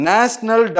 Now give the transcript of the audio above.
National